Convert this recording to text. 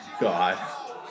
God